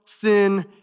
sin